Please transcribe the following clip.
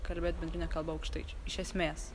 kalbėt bendrine kalba aukštaičiui iš esmės